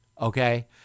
Okay